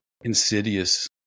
insidious